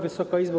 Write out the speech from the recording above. Wysoka Izbo!